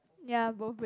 ya both red